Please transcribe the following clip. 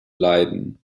leiden